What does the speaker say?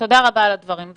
תודה רבה על הדברים.